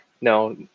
no